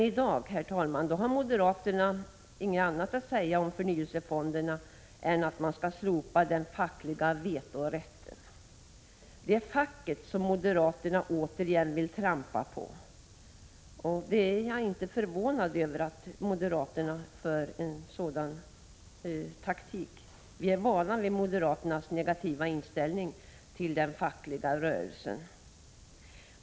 I dag har moderaterna inget annat att säga om förnyelsefonderna än att man skall slopa den fackliga vetorätten. Det är facket som moderaterna återigen vill trampa på. Jag är inte förvånad över att moderaterna har en sådan taktik. Vi är vana vid moderaternas negativa inställning till den fackliga rörelsen.